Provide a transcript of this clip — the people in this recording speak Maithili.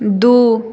दू